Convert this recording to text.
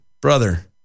brother